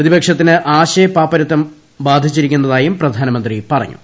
പ്രതിപക്ഷത്തിന് ആശയ പാപ്പരത്തം ബാധിച്ചിരിക്കുന്നതായും പ്രധാനമന്ത്രി പറഞ്ഞു